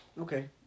Okay